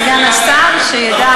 רחל, רגע, סגן השר איננו.